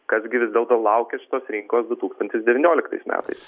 kas gi vis dėlto laukia šitos rinkos du tūkstantis devynioliktais metais